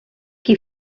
qui